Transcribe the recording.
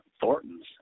Thornton's